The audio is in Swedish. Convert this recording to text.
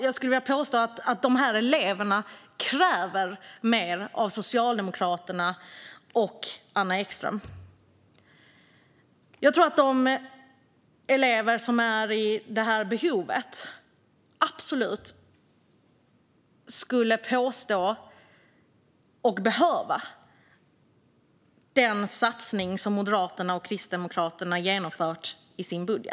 Jag skulle vilja påstå att de eleverna kräver mer av Socialdemokraterna och Anna Ekström. Jag tror att eleverna som har det behovet absolut skulle behöva den satsning som Moderaterna och Kristdemokraterna har genomfört i sin budget.